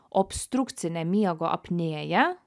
obstrukcine miego apnėja